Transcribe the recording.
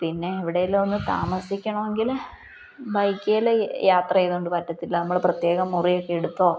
പിന്നെ എവിടെയെങ്കിലും ഒന്ന് താമസിക്കണമെങ്കിൽ ബൈക്കേൽ യാത്ര ചെയ്തുകൊണ്ട് പറ്റത്തില്ല നമ്മൾ പ്രത്യേകം മുറിയൊക്കെ എടുത്തോ